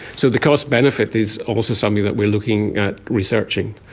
so the cost benefit is obviously something that we are looking at researching.